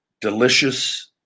Delicious